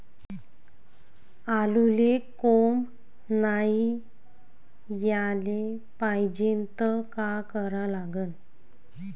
आलूले कोंब नाई याले पायजे त का करा लागन?